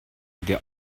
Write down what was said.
der